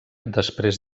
després